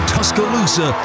Tuscaloosa